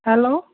hello